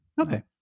Okay